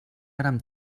érem